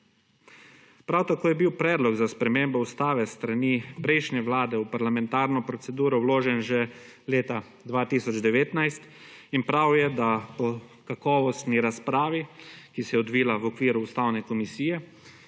Prav tako je bil predlog za spremembo ustave s strani prejšnje vlade v parlamentarno proceduro vložen že leta 2019 in prav je, da po kakovostni razpravi, ki se je odvila v okviru Ustavne komisije